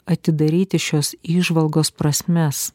atidaryti šios įžvalgos prasmes